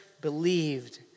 believed